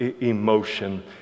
emotion